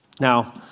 Now